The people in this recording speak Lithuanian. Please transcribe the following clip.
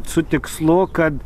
su tikslu kad